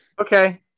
Okay